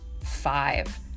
five